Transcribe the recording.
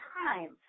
time